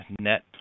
net